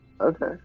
Okay